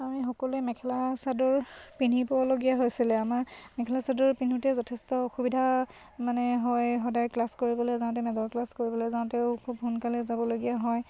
আমি সকলোৱে মেখেলা চাদৰ পিন্ধিবলগীয়া হৈছিলে আমাৰ মেখেলা চাদৰ পিন্ধোঁতে যথেষ্ট অসুবিধা মানে হয় সদায় ক্লাছ কৰিবলৈ যাওঁতে মেজৰ ক্লাছ কৰিবলৈ যাওঁতেও খুব সোনকালে যাবলগীয়া হয়